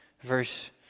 Verse